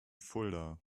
fulda